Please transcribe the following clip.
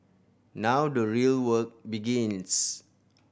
now the real work begins